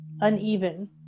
uneven